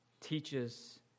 teaches